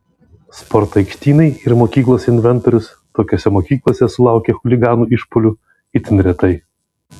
sporto aikštynai ir mokyklos inventorius tokiose mokyklose sulaukia chuliganų išpuolių itin retai